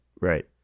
Right